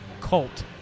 cult